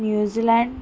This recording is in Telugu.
న్యూజిల్యాండ్